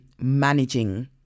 managing